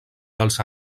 dels